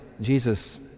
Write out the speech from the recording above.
Jesus